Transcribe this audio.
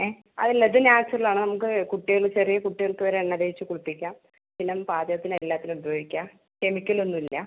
ഏ അത് അല്ല ഇത് നാച്ചുറൽ ആണ് കുട്ടികൾ ചെറിയ കുട്ടികൾക്ക് വരെ എണ്ണ തേച്ച് കുളിപ്പിക്കാം പിന്ന പാചകത്തിന് എല്ലാത്തിനും ഉപയോഗിക്കാം കെമിക്കൽ ഒന്നും ഇല്ല